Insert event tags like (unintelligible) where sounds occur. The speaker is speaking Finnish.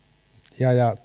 ja ja (unintelligible)